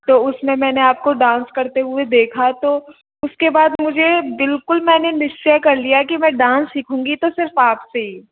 तो उसमे मैने आप डांस करते हुआ देखा तो उसके बाद मुझे बिलकुल मैंने निश्चय कर लिए कि मैं डांस सीखूंगी तो सिर्फ आप से ही